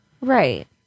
Right